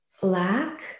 black